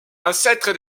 ancêtre